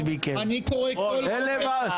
אופיר, אני רוצה לדבר.